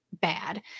bad